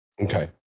Okay